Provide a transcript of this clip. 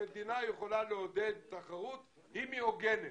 המדינה יכולה לעודד תחרות כשהיא הוגנת.